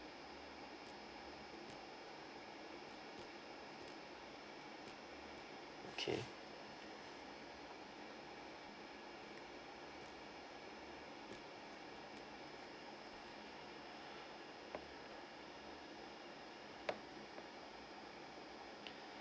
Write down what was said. okay